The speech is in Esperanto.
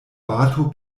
bato